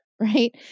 right